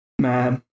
man